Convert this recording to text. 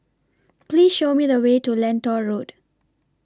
Please Show Me The Way to Lentor Road